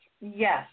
yes